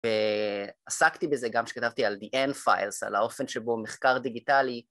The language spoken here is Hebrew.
ועסקתי בזה גם כשכתבתי על DN files, על האופן שבו מחקר דיגיטלי